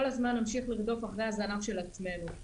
הזמן נמשיך לרדוף אחרי הזנב של עצמנו.